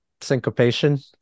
syncopation